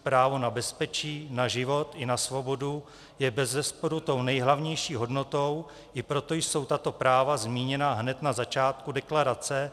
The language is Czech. Právo na bezpečí, na život i na svobodu je bezesporu tou nejhlavnější hodnotou, i proto jsou tato práva zmíněna hned na začátku deklarace.